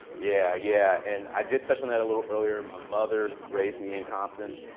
yeah yeah and i did touch on that a little earlier. my mother raised me in compton.